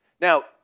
Now